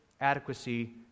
adequacy